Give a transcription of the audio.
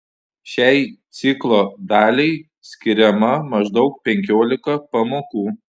šiai ciklo daliai skiriama maždaug penkiolika pamokų